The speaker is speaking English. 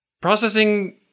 processing